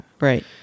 right